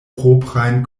proprajn